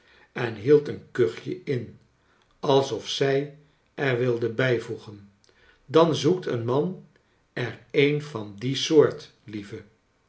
en hield een kuchje in alsof zij er wilde bijvoegen dan zoekt een man er een van die soort lieve